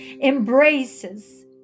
embraces